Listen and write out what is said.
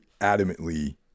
adamantly